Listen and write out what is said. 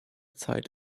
zeit